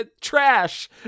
Trash